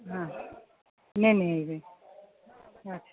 हँ नेने ऐबै अच्छा